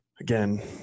again